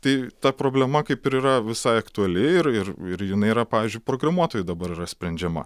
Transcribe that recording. tai ta problema kaip ir yra visai aktuali ir ir ir jinai yra pavyzdžiui programuotojų dabar yra sprendžiama